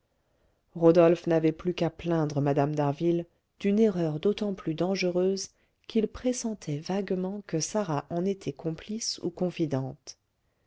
rodolphe n'avait plus qu'à plaindre mme d'harville d'une erreur d'autant plus dangereuse qu'il pressentait vaguement que sarah en était complice ou confidente